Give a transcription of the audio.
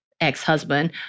ex-husband